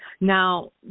Now